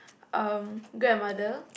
um grandmother